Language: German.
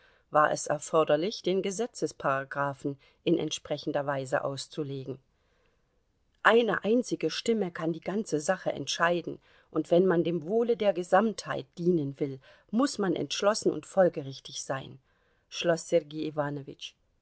war es erforderlich den gesetzesparagraphen in entsprechender weise auszulegen eine einzige stimme kann die ganze sache entscheiden und wenn man dem wohle der gesamtheit dienen will muß man entschlossen und folgerichtig sein schloß sergei